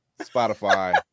Spotify